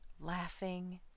laughing